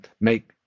make –